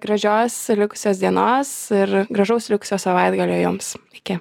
gražios likusios dienos ir gražaus likusio savaitgalio jums iki